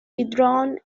withdrawn